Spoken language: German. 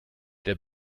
der